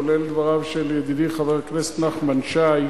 כולל דבריו של ידידי חבר הכנסת נחמן שי,